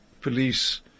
police